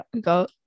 go